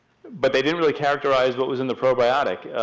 but they didn't really characterize what was in the probiotic.